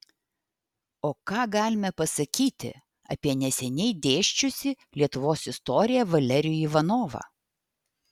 o ką galime pasakyti apie neseniai dėsčiusį lietuvos istoriją valerijų ivanovą